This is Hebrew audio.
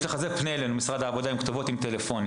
זה כתוב ׳פנה אלינו׳ עם מספרי טלפונים.